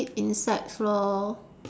eat insects lor